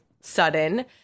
sudden